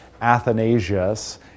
Athanasius